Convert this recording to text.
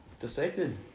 Dissected